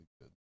good